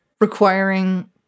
requiring